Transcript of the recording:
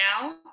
now